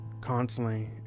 constantly